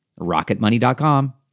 Rocketmoney.com